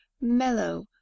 mellow